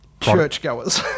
churchgoers